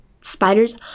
spiders